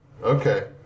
Okay